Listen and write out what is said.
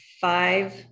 five